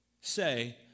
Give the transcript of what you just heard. say